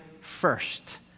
first